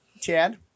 Chad